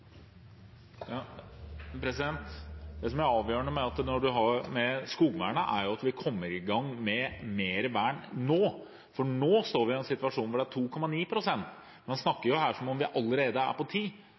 Det som er avgjørende når man har med skogvern å gjøre, er at man kommer i gang med mer vern nå, for nå er vi i en situasjon hvor det er 2,9 pst. Man